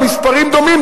המספרים דומים,